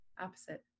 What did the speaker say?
Opposite